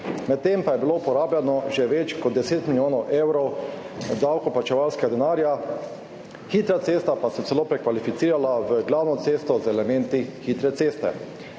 Medtem pa je bilo porabljenih že več kot 10 milijonov evrov davkoplačevalskega denarja, hitra cesta pa se je celo prekvalificirala v glavno cesto z elementi hitre ceste.